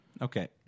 okay